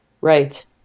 Right